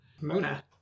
Mona